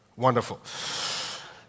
Wonderful